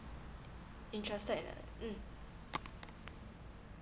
interested mm